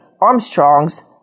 Armstrong's